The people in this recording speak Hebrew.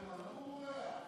למה הוא בורח?